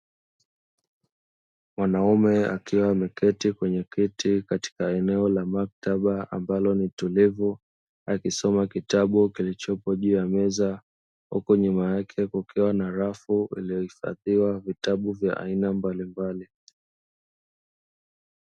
Mwanaume akiwa ameketi kwenye kiti katika eneo la maktaba ambalo ni tulivu, akisoma kitabu kilochopo juu ya meza, huku nyuma yake kukiwa na rafu iliyohifadhiwa vitabu vya aina mbalimbali.